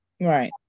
Right